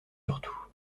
surtout